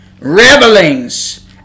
revelings